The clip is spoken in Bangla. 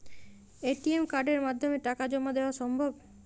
এ.টি.এম কার্ডের মাধ্যমে টাকা জমা দেওয়া সম্ভব?